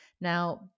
Now